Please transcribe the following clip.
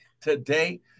today